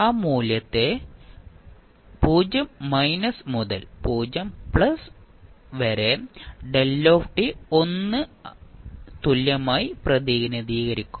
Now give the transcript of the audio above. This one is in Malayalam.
ആ മൂല്യത്തെ 0 മൈനസ് മുതൽ 0 പ്ലസ് z വരെ 1 ന് തുല്യമായി പ്രതിനിധീകരിക്കും